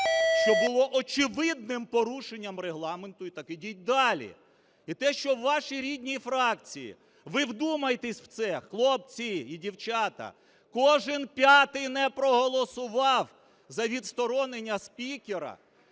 що було очевидним порушенням Регламенту, так ідіть далі. І те, що в вашій рідній фракції, ви вдумайтеся в це, хлопці і дівчата, кожен п'ятий не проголосував за відсторонення спікера